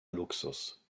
luxus